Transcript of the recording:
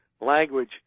language